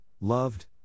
loved